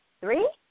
three